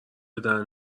دهن